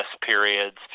periods